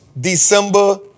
December